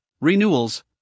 renewals